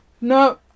no